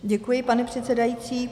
Děkuji, pane předsedající.